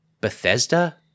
Bethesda